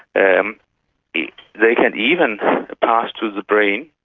and they can even pass to the brain.